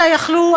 אלא יכלו,